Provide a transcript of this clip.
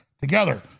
together